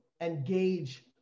engage